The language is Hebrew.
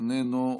איננו.